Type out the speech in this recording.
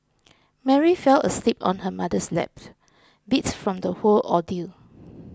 Mary fell asleep on her mother's lap beat from the whole ordeal